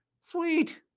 sweet